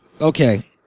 Okay